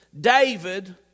David